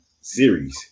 series